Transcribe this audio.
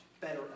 better